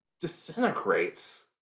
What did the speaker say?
disintegrates